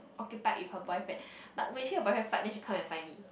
occupied with her boyfriend but when she and her boyfriend fight then she come and find me